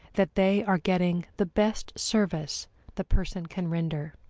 that they are getting the best service the person can render.